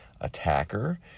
attacker